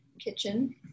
kitchen